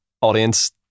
audience